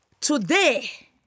today